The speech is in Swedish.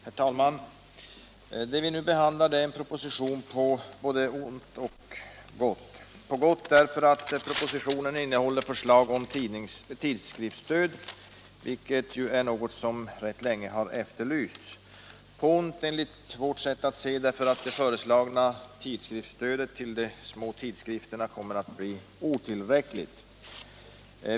Herr talman! Det vi nu behandlar är en proposition på gott och ont — på gott därför att den innehåller förslag om tidskriftsstöd, vilket ju är något som länge har efterlysts, på ont därför att det föreslagna tidskriftsstödet till de små tidskrifterna, enligt vårt sätt att se det, kommer att bli otillräckligt.